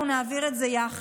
אנחנו נעביר את זה יחד.